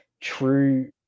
true